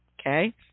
okay